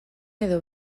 edo